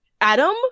Adam